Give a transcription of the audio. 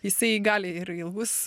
jisai gali ir ilgus